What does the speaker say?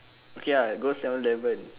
okay ah go seven eleven